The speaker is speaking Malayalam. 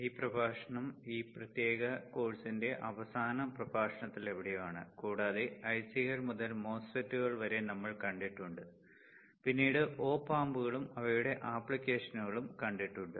ഈ പ്രഭാഷണം ഈ പ്രത്യേക കോഴ്സിന്റെ അവസാന പ്രഭാഷണത്തിലെവിടെയോ ആണ് കൂടാതെ ഐസികൾ മുതൽ മോസ്ഫെറ്റുകൾ വരെ നമ്മൾ കണ്ടിട്ടുണ്ട് പിന്നീട് ഒപ് ആമ്പുകളും അവയുടെ ആപ്ലിക്കേഷനും കണ്ടിട്ടുണ്ട്